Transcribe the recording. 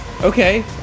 Okay